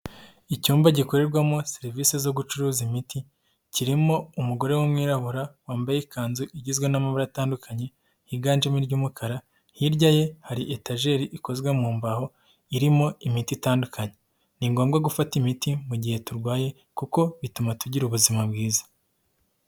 Icyumba gikorerwamo serivisi zo gucuruza imiti kirimo umugore w'umwirabura wambaye ikanzu igizwe n'amabara atandukanye higanjemo iry'umukara, hirya ye hari etaeri ikozwe mu mbaho irimo imiti itandukanye, ni ngombwa gufata imiti mu gihe turwaye kuko bituma tugira ubuzima bwiza.